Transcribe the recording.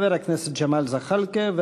חבר הכנסת ג'מאל זחאלקה,